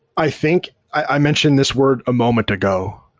i think i mentioned this word a moment ago,